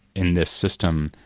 in this system,